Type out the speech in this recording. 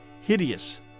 hideous